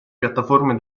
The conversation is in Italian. piattaforme